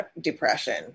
depression